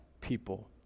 people